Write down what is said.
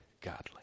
godly